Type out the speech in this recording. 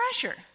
pressure